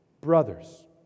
brothers